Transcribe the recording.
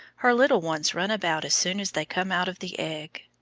her little ones run about as soon as they come out of the egg.